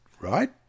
right